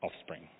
offspring